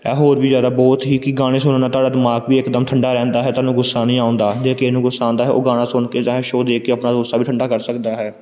ਇਹ ਹੋਰ ਵੀ ਜ਼ਿਆਦਾ ਬਹੁਤ ਹੀ ਕਿ ਗਾਣੇ ਸੁਣਨ ਨਾਲ ਤੁਹਾਡਾ ਦਿਮਾਗ ਵੀ ਇੱਕਦਮ ਠੰਡਾ ਰਹਿੰਦਾ ਹੈ ਤੁਹਾਨੂੰ ਗੁੱਸਾ ਨਹੀਂ ਆਉਂਦਾ ਜੇ ਕਿਸੇ ਨੂੰ ਗੁੱਸਾ ਆਉਂਦਾ ਹੈ ਉਹ ਗਾਣਾ ਸੁਣ ਕੇ ਜਾਂ ਸ਼ੋ ਦੇਖ ਕੇ ਆਪਣਾ ਗੁੱਸਾ ਵੀ ਠੰਡਾ ਕਰ ਸਕਦਾ ਹੈ